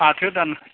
फाथो दाननां